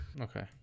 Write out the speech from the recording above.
Okay